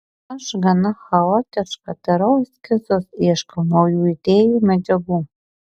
aš gana chaotiška darau eskizus ieškau naujų idėjų medžiagų